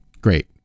great